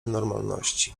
normalności